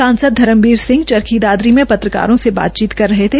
सांसद धर्मबीर सिंह चरखी दादरी में पत्रकारों से बात कर रहे थे